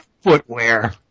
footwear